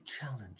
challenge